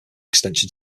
extension